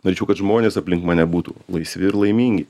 norėčiau kad žmonės aplink mane būtų laisvi ir laimingi